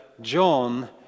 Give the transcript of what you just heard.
John